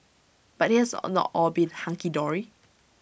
but IT has all not all been hunky dory